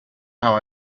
how